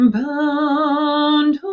bound